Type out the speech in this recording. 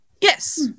yes